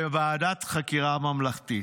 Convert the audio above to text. וועדת חקירה ממלכתית.